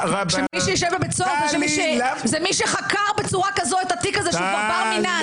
מי שיישב בבית סוהר זה מי שחקר בצורה כזו את התיק הזה שהוא כבר ברמינן.